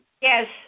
Yes